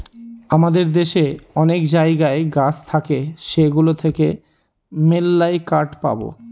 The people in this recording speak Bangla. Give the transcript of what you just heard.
আমাদের দেশে অনেক জায়গায় গাছ থাকে সেগুলো থেকে মেললাই কাঠ পাবো